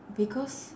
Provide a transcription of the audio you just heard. because